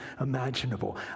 imaginable